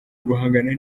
guhangana